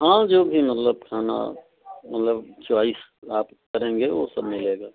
हाँ जो भी मतलब खाना मतलब चॉइस आप करेंगे वह सब मिलेगा